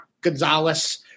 Gonzalez